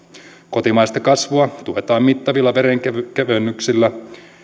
kotimaista kasvua tuetaan mittavilla veronkevennyksillä